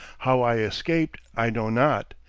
how i escaped i know not.